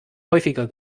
häufiger